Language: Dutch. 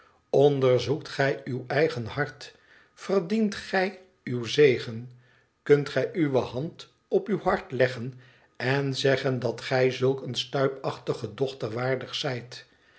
onderzoekt gij uw eigen ht verdient gij uw zegen kunt gij uwe hand op uw hart leggen en zeggen dat gij zulk eene stuipachtige dochter waardig zijt